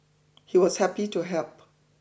he was happy to help